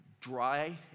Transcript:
Dry